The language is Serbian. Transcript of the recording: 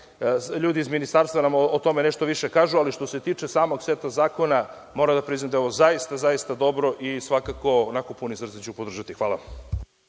ljudi iz Ministarstva nam o tome nešto više kažu. Što se tiče samog seta zakona. Moram da priznam da je ovo zaista, zaista dobro i svakako, onako punog srca, ću podržati. Hvala.